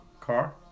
Car